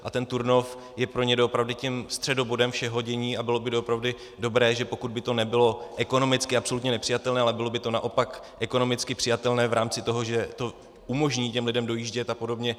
A ten Turnov je pro ně doopravdy středobodem všeho dění a bylo by doopravdy dobré, že pokud by to nebylo ekonomicky absolutně nepřijatelné, ale bylo by to naopak ekonomicky přijatelné v rámci toho, že to umožní těm lidem dojíždět apod.